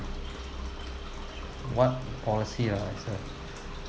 what policy ah